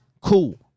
cool